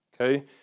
Okay